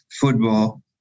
football